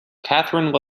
catherine